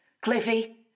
Cliffy